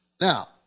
Now